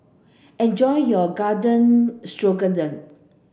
enjoy your Garden Stroganoff